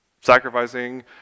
Sacrificing